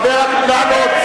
(חבר הכנסת אחמד טיבי יוצא מאולם המליאה.)